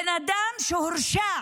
בן אדם שהורשע